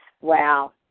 Wow